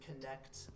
connect